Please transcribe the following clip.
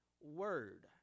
word